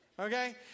Okay